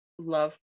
love